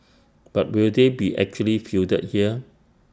but will they be actually fielded here